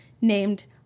named